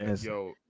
Yo